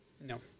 No